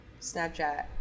Snapchat